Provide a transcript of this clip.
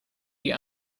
die